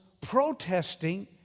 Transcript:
protesting